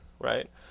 right